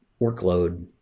workload